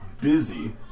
busy